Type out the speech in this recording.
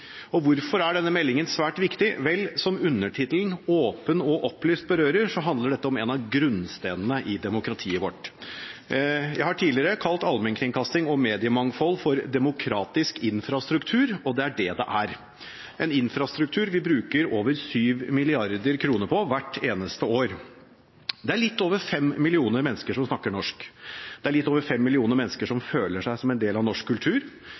enstemmige. Hvorfor er denne meldingen svært viktig? Vel, som undertittelen – Open og opplyst – berører, handler dette om en av grunnsteinene i demokratiet vårt. Jeg har tidligere kalt allmennkringkasting og mediemangfold for demokratisk infrastruktur, og det er det det er – en infrastruktur vi bruker over 7 mrd. kr på hvert eneste år. Det er litt over fem millioner mennesker som snakker norsk, det er litt over fem millioner mennesker som føler seg som en del av norsk kultur,